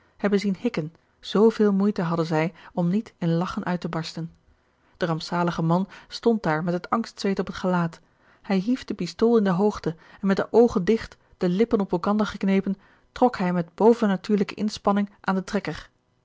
hebben zien hikken zveel moeite hadden zij om niet in lagchen uit te barsten de rampzalige man stond daar met het angstzweet op het gelaat hij hief de pistool in de hoogte en met de oogen digt de lippen op elkander geknepen trok hij met bovennatuurlijke inspanning aan den trekker